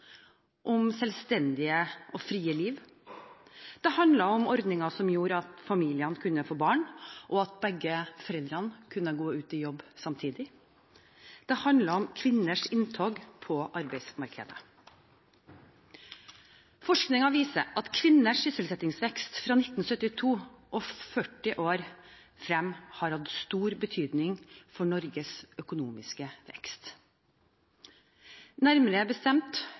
om et selvstendig og fritt liv. Det handlet om ordninger som gjorde at familiene kunne få barn, og at begge foreldrene kunne være ute i jobb samtidig. Det handlet om kvinners inntog på arbeidsmarkedet. Forskning viser at kvinners sysselsettingsvekst fra 1972 og 40 år fremover har hatt stor betydning for Norges økonomiske vekst. Nærmere bestemt